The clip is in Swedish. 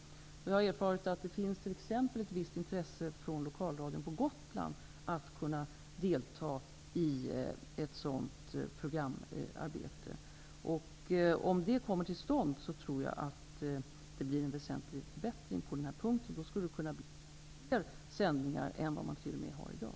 Jag har erfarit att det finns ett visst intresse från lokalradion på Gotland att delta i ett sådant programarbete. Om det kommer till stånd, tror jag att det blir en väsentlig förbättring på denna punkt. Det skulle t.o.m. kunna bli fler sändningar än man har i dag.